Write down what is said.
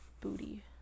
booty